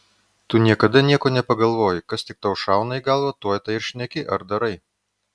tu niekada nieko nepagalvoji kas tik tau šauna į galvą tuoj tą ir šneki ar darai